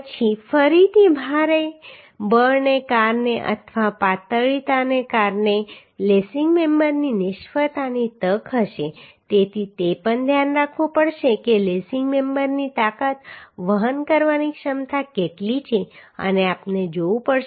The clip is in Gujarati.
પછી ફરીથી ભારે બળને કારણે અથવા પાતળીતાને કારણે લેસિંગ મેમ્બરની નિષ્ફળતાની તક હશે તેથી તે પણ ધ્યાન રાખવું પડશે કે લેસિંગ મેમ્બરની તાકાત વહન કરવાની ક્ષમતા કેટલી છે અને આપણે જોવું પડશે